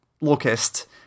Locust